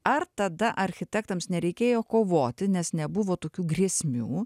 ar tada architektams nereikėjo kovoti nes nebuvo tokių grėsmių